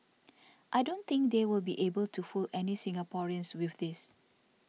I don't think they will be able to fool any Singaporeans with this